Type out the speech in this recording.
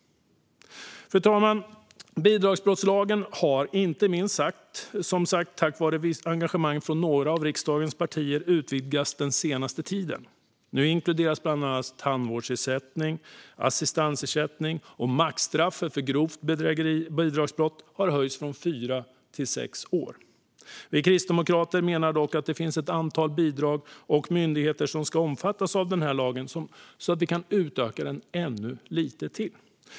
Fru talman! Bidragsbrottslagen har, som sagt, inte minst tack vare engagemanget från några av riksdagens partier utvidgats den senaste tiden. Nu inkluderas bland annat tandvårdsersättning och assistansersättning, och maxstraffet för grovt bidragsbrott har höjts från fyra till sex år. Vi kristdemokrater menar dock att antalet bidrag och myndigheter som ska omfattas av lagen kan utökas ännu lite till.